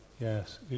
yes